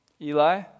Eli